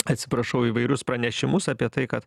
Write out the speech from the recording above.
atsiprašau įvairius pranešimus apie tai kad